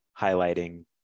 highlighting